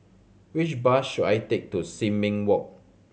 which bus should I take to Sin Ming Walk